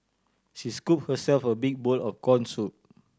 she scoop herself a big bowl of corn soup